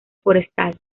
forestal